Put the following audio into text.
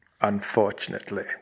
unfortunately